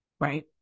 Right